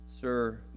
Sir